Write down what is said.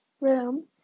room